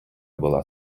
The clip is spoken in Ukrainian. була